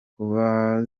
kuba